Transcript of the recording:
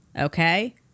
okay